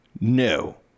No